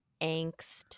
angst